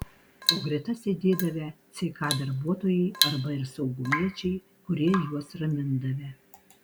o greta sėdėdavę ck darbuotojai arba ir saugumiečiai kurie juos ramindavę